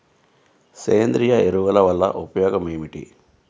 సేంద్రీయ ఎరువుల వల్ల ఉపయోగమేమిటీ?